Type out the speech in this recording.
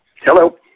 Hello